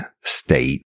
state